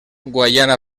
guaiana